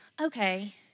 okay